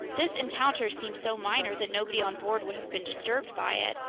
this encounter seemed so minor that nobody on board would have been disturbed by it,